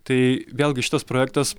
tai vėlgi šitas projektas